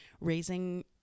raising